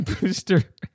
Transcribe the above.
Booster